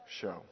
show